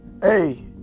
hey